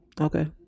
Okay